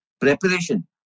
preparation